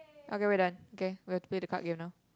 okay we're done okay we have to play the card game now